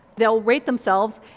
they'll rate themselves.